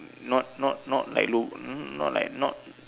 not not not like look not like not